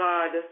God